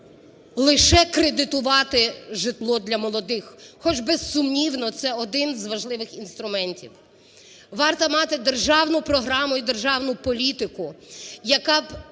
лише кредитувати житло для молодих, хоч безсумнівно, це один з важливих інструментів. Варто мати державну програму і державну політику, яка б